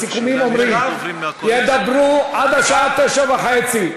הסיכומים אומרים: ידברו עד השעה 21:30,